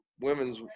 women's